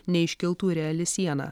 neiškiltų reali siena